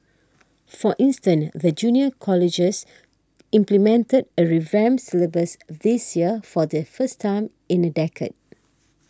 for instance the junior colleges implemented a revamped syllabus this year for the first time in a decade